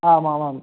आम् आमाम्